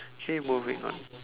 okay moving on